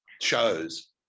shows